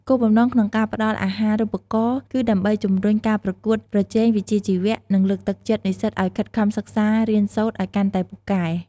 គោលបំណងក្នុងការផ្ដល់អាហារូបករណ៍គឺដើម្បីជំរុញការប្រកួតប្រជែងវិជ្ជាជីវៈ និងលើកទឹកចិត្តនិស្សិតឱ្យខិតខំសិក្សារៀនសូត្រឱ្យកាន់តែពូកែ។